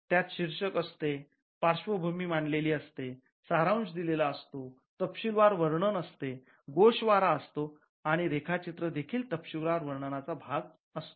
त्यात शीर्षक असते पार्श्वभूमी मांडलेली असते सारांश दिलेला असतो तपशीलवार वर्णन असते गोषवारा असतो आणि रेखाचित्र देखील तपशीलवार वर्णनाचा एक भाग असतो